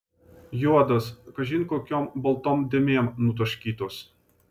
juodos kažin kokiom baltom dėmėm nutaškytos